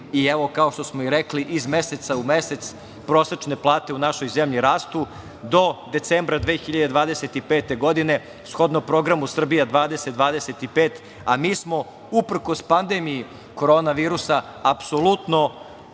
Evo, kao što smo i rekli, iz meseca u mesec, prosečne plate u našoj zemlji rastu. Do decembra 2025. godine, shodno programu „Srbije 2025“, a mi smo uprkos pandemiji Korona virusa, apsolutno,